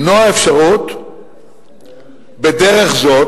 למנוע אפשרות בדרך זו,